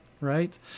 right